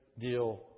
deal